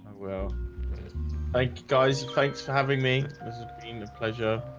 well thank guys. thanks for having me pleasure